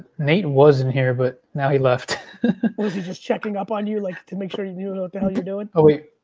nate, was in here, but now he left. was he just checking up on you like to make sure you knew and what the hell you're doing? oh wait,